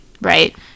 Right